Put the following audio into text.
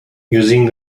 using